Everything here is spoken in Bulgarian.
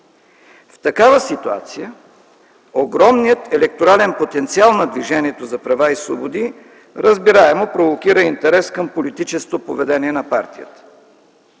В такава ситуация огромният електорален потенциал на Движението за права и свободи разбираемо провокира интерес към политическото поведение на партията.